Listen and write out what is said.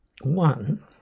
one